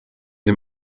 dem